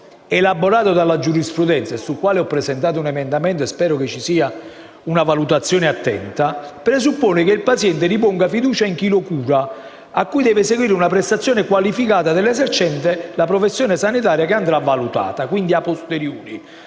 affidamento elaborato dalla giurisprudenza, sul quale insisto e sul quale ho presentato un emendamento che spero riceva una valutazione attenta, presuppone che il paziente riponga fiducia in chi lo cura, atto cui deve seguire una prestazione qualificata dell'esercente la professione sanitaria che andrà valutata, quindi, *a posteriori*,